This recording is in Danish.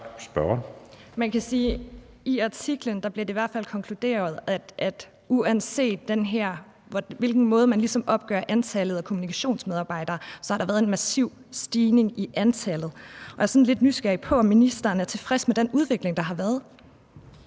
Man kan sige, at i artiklen bliver det i hvert fald konkluderet, at uanset hvilken måde man ligesom opgør antallet af kommunikationsmedarbejdere på, har der været et massiv stigning i antallet. Og jeg er sådan lidt nysgerrig på, om ministeren er tilfreds med den udvikling, der har været.